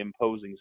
imposing